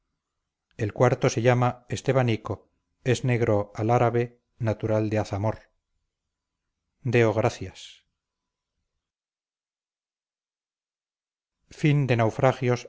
el cuarto se llama estebanico es negro alárabe natural de azamor